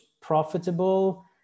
profitable